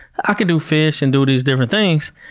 i could do fish, and do these different things,